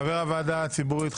חבר הוועדה הציבורית,